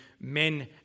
men